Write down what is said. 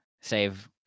save